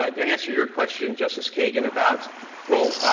ah to answer your question, justice kagan, about well,